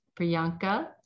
Priyanka